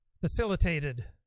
facilitated